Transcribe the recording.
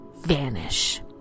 vanish